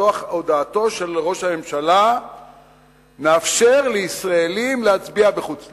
וזו הודעתו של ראש הממשלה שמאפשר לישראלים להצביע בחו"ל